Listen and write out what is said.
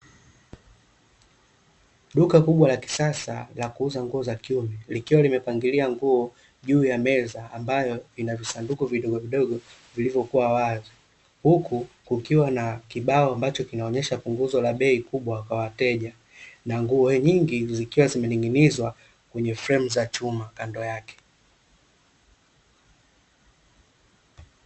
Duka kubwa la kisasa la kuuza nguo za kiume likiwa limepangilia nguo juu ya meza ambayo ina visanduku vidogovidogo vilivyokuwa wazi, huku kukiwa na kibao ambacho kinaonyesha punguzo la bei kubwa kwa wateja, na nguo nyingi zikiwa zimening'inizwa kwenye fremu za chuma kando yake.